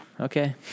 okay